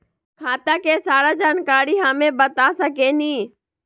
खाता के सारा जानकारी हमे बता सकेनी?